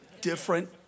different